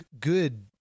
good